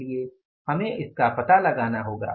इसलिए हमें उसका पता लगाना होगा